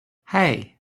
hey